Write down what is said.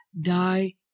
die